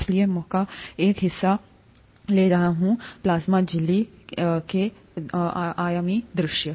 इसलिए मैंका एक हिस्सा ले रहा हूं प्लाज्मा झिल्ली एक दो आयामी दृश्य